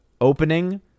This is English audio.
opening